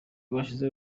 gushize